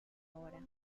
hora